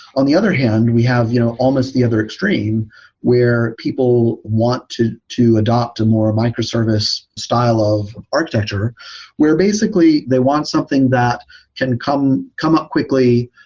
on the other hand, we have you know almost the other extreme where people want to to adapt a more microservice style of architecture where basically they want something that can come come up quickly,